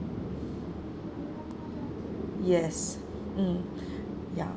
yes mm ya